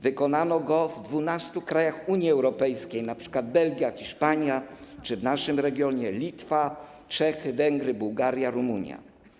Wykonano go w 12 krajach Unii Europejskiej - np. Belgia, Hiszpania, czy w naszym regionie - Litwa, Czechy, Węgry, Bułgaria, Rumunia.